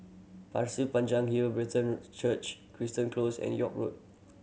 Pasir Panjang Hill Brethren Church Close and York Road